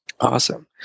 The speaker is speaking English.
Awesome